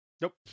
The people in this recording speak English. Nope